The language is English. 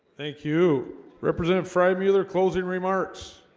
thank you represent fry bueller closing remarks